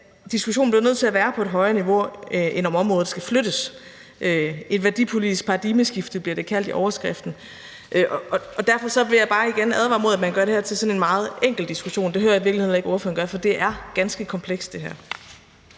at diskussionen bliver nødt til at være på et højere niveau, end om området skal flyttes. Et værdipolitisk paradigmeskifte bliver det kaldt i overskriften. Derfor vil jeg bare igen advare mod, at man gør det her til sådan en meget enkel diskussion, og det hører jeg i virkeligheden heller ikke ordføreren gøre, for det er ganske komplekst. Kl.